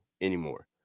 anymore